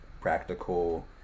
practical